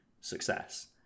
success